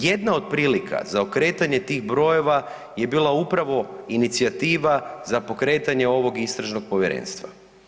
Jedna od prilika za okretanje tih brojeva je bila upravo inicijativa za pokretanje ovog istražnog povjerenstva.